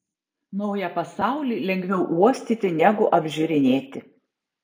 naują pasaulį lengviau uostyti negu apžiūrinėti